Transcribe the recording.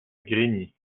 grigny